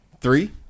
three